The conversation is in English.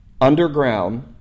underground